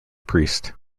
priest